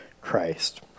Christ